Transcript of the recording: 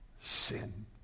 sin